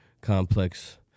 Complex